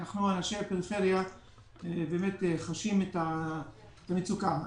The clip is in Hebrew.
אנחנו, אנשי הפריפריה חשים את המצוקה.